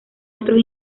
otros